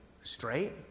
straight